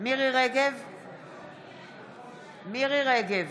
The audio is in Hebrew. מירי מרים רגב,